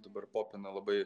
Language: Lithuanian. dabar popina labai